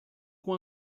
com